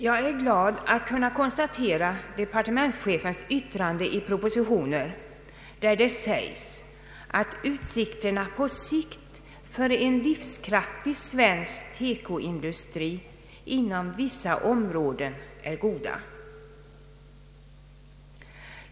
Jag är glad att kunna konstatera departementschefens yttrande i propositionen att utskiterna på sikt för en livskraftig svensk teko-industri inom vissa områden är goda.